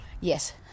Yes